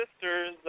sisters